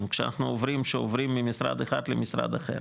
כשאנחנו עוברים ממשרד אחד למשרד אחר.